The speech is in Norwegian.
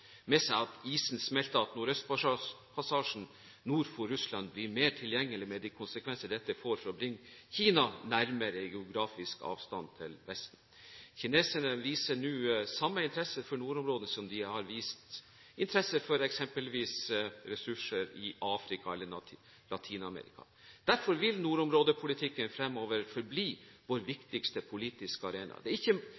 med seg at isen smelter, at Nordøstpassasjen nord for Russland blir mer tilgjengelig, med de konsekvenser dette får med å bringe Kina «nærmere» i geografisk avstand til Vesten. Kineserne viser nå samme interesse for nordområdene som de har vist eksempelvis for ressurser i Afrika og Latin-Amerika. Derfor vil nordområdepolitikken fremover forbli vår